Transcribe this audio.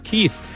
Keith